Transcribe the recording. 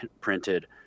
printed